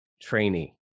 trainee